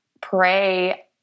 pray